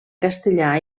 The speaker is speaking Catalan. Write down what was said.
castellà